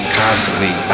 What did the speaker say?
constantly